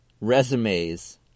resumes